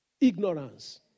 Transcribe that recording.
Ignorance